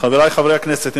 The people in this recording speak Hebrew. חברי חברי הכנסת,